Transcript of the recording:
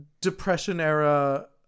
Depression-era